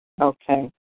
Okay